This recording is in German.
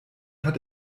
hat